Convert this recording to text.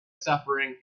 suffering